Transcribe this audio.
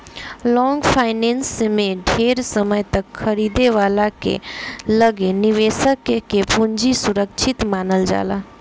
long finance में ढेर समय तक खरीदे वाला के लगे निवेशक के पूंजी सुरक्षित मानल जाला